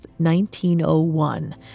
1901